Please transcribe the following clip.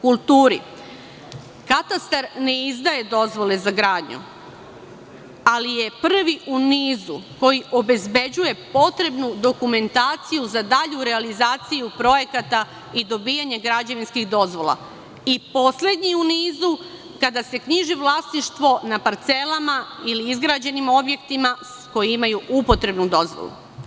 Katastar ne izdaje dozvole za gradnju, ali je prvi u nizu koji obezbeđuje potrebnu dokumentaciju za dalju realizaciju projekata i dobijanje građevinskih dozvola, a poslednji u nizu kada se knjiži vlasništvo na parcelama ili izgrađenim objektima koji imaju upotrebnu dozvolu.